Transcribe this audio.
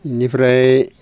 बेनिफ्राय